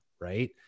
right